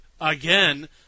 again